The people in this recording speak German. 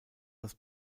das